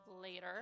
later